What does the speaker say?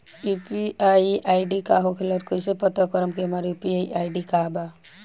UPI ID का होखेला और कईसे पता करम की हमार यू.पी.आई आई.डी का बा?